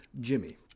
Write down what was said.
Jimmy